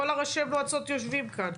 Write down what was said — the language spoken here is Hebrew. כל ראשי המועצות יושבים כאן.